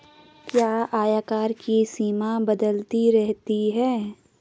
क्या आयकर की सीमा बदलती रहती है?